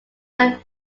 that